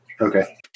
Okay